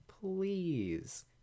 please